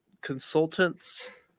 consultants